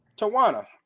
tawana